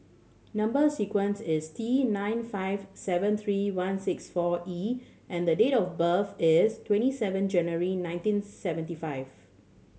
number sequence is T nine five seven three one six four E and the date of birth is twenty seven January nineteen seventy five